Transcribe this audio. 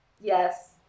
yes